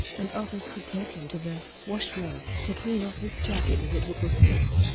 and offers to take him to the wash room to clean off his jacket as it will will stain.